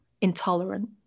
intolerant